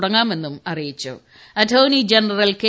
തുടങ്ങാമെന്നും attorney general K